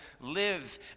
live